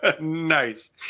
Nice